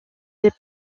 des